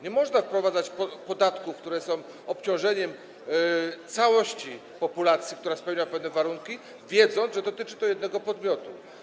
Nie można wprowadzać podatków, które są obciążeniem dla całości populacji, która spełnia pewne warunki, wiedząc, że dotyczą one jednego podmiotu.